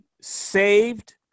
saved